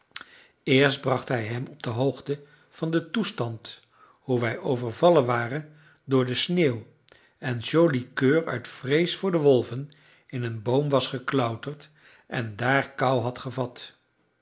eerst bracht hij hem op de hoogte van den toestand hoe wij overvallen waren door de sneeuw en joli coeur uit vrees voor de wolven in een boom was geklauterd en daar kou had gevat